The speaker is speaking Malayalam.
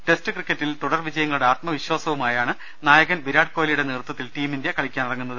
ടെസ്റ്റ് ക്രിക്ക റ്റിൽ തുടർവിജയങ്ങളുടെ ആത്മവിശ്വാസവുമായാണ് നായകൻ വിരാട് കോഹ്ലിയുടെ നേതൃത്വത്തിൽ ടീം ഇന്ത്യ കളിക്കാനിറങ്ങുന്നത്